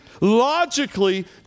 Logically